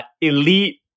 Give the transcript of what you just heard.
elite